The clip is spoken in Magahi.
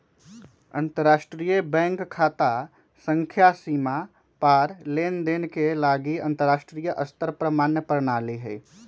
अंतरराष्ट्रीय बैंक खता संख्या सीमा पार लेनदेन के लागी अंतरराष्ट्रीय स्तर पर मान्य प्रणाली हइ